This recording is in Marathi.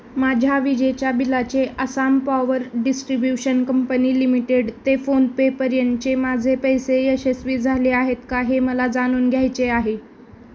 माझ्या विजेच्या बिलाचे Assam power distribution company limited ते फोनपे पर्यंतचे माझे पैसे यशस्वी झाले आहेत का हे मला जाणून घ्यायचे आहे